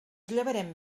llevarem